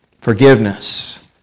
forgiveness